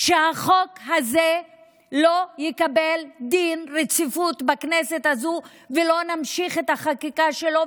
שהחוק הזה לא יקבל דין רציפות בכנסת הזו ולא נמשיך את החקיקה שלו,